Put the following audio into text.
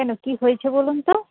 কেন কী হয়েছে বলুন তো